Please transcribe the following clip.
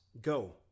go